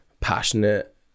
passionate